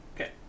Okay